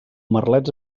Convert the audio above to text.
merlets